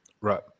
Right